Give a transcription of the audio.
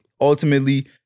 ultimately